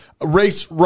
race